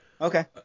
okay